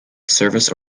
service